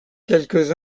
quelques